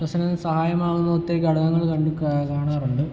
ശ്വസന സഹായമാകുന്ന ഒത്തിരി ഘടകങ്ങൾ കണ്ട് കാണാറുണ്ട്